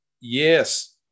Yes